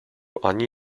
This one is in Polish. ani